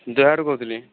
ଦେହାରୁ କହୁଥିଲି